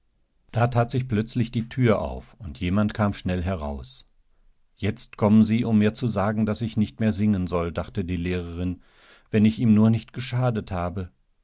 da tat sich plötzlich die tür auf und jemand kam schnell heraus jetzt kommen sie um mir zu sagen daß ich nicht mehr singen soll dachte die lehrerin wennichihmnurnichtgeschadethabe aber das war nicht der fall